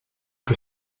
que